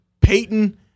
Peyton